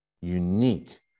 unique